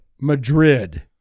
madrid